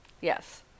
Yes